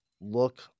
look